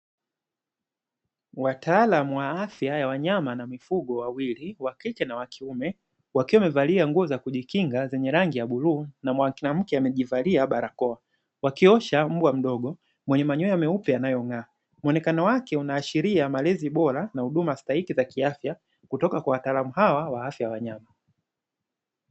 Wataalamu wa afya ya wanyama na mifugo wawili (wa kike na wa kiume) wakiwa wamevalia nguo za kujikinga zenye rangi ya bluu, na mwanamke amejivalia barakoa. Wakiosha mbwa mdogo mwenye manyoya meupe yanayong'aa. Muonekano wake unaashiria malezi bora na huduma stahiki za kiafya kutoka kwa wataalamu hawa wa afya ya wanyama.